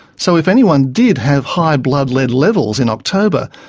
so if anyone did have high blood lead levels in october,